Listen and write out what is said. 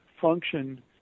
function